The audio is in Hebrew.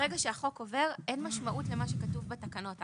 ברגע שהחוק עובר אין משמעות למה שכתוב בתקנות.